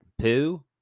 poo